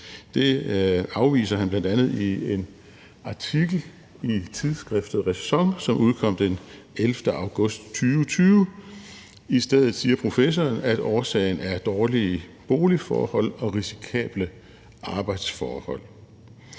Det afviser han bl.a. i en artikel i tidsskriftet Ræson, som udkom den 11. august 2020. I stedet siger professoren, at årsagen er dårlige boligforhold og risikable arbejdsforhold.